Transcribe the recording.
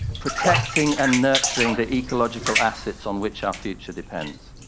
protecting and nurturing the ecological assets on which our future depends.